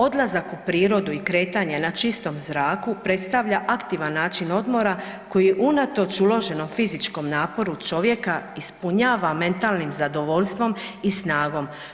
Odlazak u prirodu i kretanje na čistom zraku predstavlja aktivan način odmora koji je unatoč uloženom fizičkom naporu čovjeka, ispunjava mentalnim zadovoljstvom i snagom.